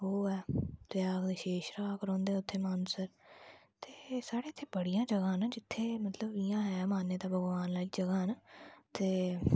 ओह् ऐ ते आखदे शेष नाग रौंह्दे उत्थे मानसर ते साढ़े इत्थै बड़ियां जगह नै जित्थै मतलब इयां ऐ मान्यता भगवान लाई जगह न ते